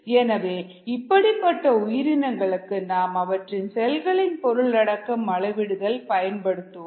எனவே இப்படிப்பட்ட உயிரினங்களுக்கு நாம் அவற்றின் செல்களின் பொருளடக்கம் அளவிடுதல் பயன்படுத்துவோம்